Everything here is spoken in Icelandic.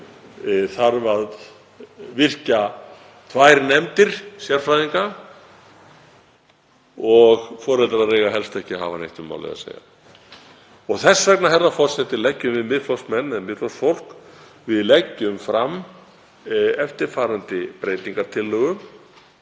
vandamál þarf að virkja tvær nefndir sérfræðinga og foreldrar eiga helst ekki að hafa neitt um málið að segja. Þess vegna, herra forseti, leggjum við Miðflokksmenn, eða Miðflokksfólk, fram eftirfarandi breytingartillögu.